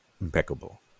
impeccable